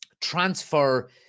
Transfer